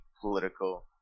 political